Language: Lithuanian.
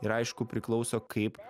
ir aišku priklauso kaip